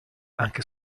anche